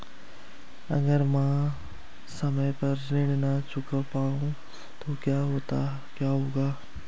अगर म ैं समय पर ऋण न चुका पाउँ तो क्या होगा?